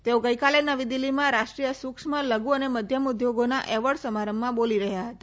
તેઓ ગઈકાલે નવી દિલ્ફીમાં રાષ્ટ્રીય સૂક્ષ્મ લધુ અને મધ્યમ ઉધોગોના એવોર્ડ સમારંભમાં બોલી રહ્યા હતા